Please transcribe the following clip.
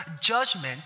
judgment